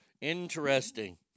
Interesting